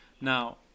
Now